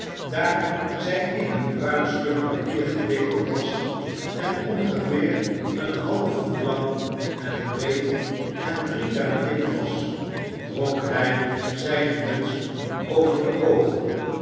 daar zij in een bruin stuk papier gewikkeld was en ongeveer een half voet lang en breed en drie duim dik was trok hij zijne muts over de oogen